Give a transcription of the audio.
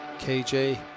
KJ